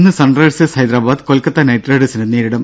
ഇന്ന് Sunrisers Hyderabad Kolkata knight റൈഡേഴ്സിനെ നേരിടും